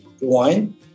wine